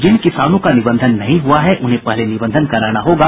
जिन किसानों का निबंधन नहीं हुआ है उन्हें पहले निबंधन कराना होगा